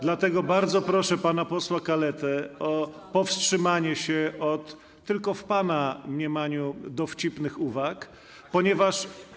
Dlatego bardzo proszę pana posła Kaletę o powstrzymanie się od tylko w pana mniemaniu dowcipnych uwag, ponieważ.